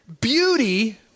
beauty